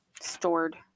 stored